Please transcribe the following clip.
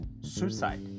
suicide